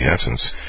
essence